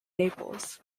naples